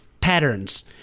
patterns